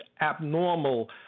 abnormal